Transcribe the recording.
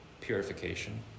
purification